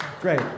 Great